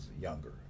younger